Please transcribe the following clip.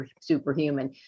superhuman